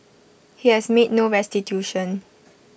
he has made no restitution